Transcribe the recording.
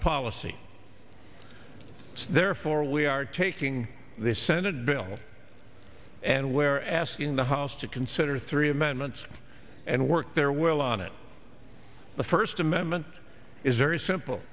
policy therefore we are taking this senate bill and where asking the house to consider three amendments and work their will on it the first amendment is very simple